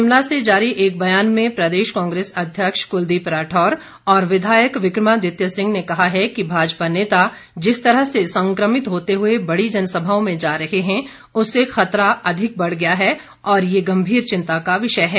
शिमला से जारी एक बयान में प्रदेश कांग्रेस अध्यक्ष कुलदीप राठौर और विधायक विक्रमादित्य सिंह ने कहा है कि भाजपा नेता जिस तरह से संक्रमित होते हुए बड़ी जनसभाओं में जा रहे हैं उससे खतरा अधिक बढ़ गया है और ये गंभीर चिंता का विषय है